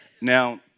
Now